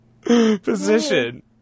position